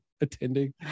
attending